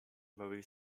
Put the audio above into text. very